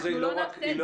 זה לא אומר